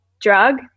drug